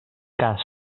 cas